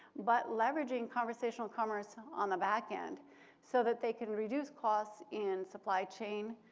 but leveraging conversational commerce on the back end so that they can reduce costs in supply chain,